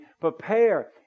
prepare